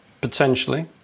potentially